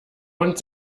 und